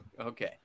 okay